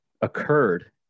occurred